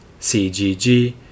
cgg